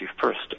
first